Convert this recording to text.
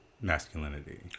masculinity